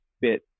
bit